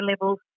levels